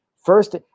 First